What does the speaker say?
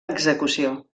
execució